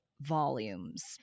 volumes